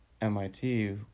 MIT